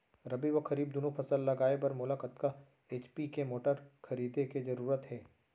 रबि व खरीफ दुनो फसल लगाए बर मोला कतना एच.पी के मोटर खरीदे के जरूरत हे?